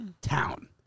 town